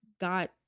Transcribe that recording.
got